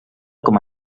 com